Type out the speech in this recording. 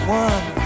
one